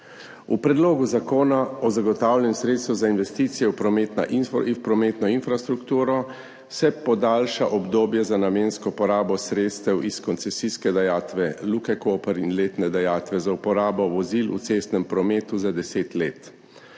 V Predlogu zakona o zagotavljanju sredstev za investicije v prometno infrastrukturo se podaljša obdobje za namensko porabo sredstev iz koncesijske dajatve Luke Koper in letne dajatve za uporabo vozil v cestnem prometu za deset